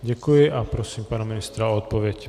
Děkuji a prosím pana ministra o odpověď.